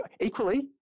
equally